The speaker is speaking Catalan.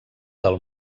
del